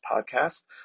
podcast